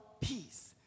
peace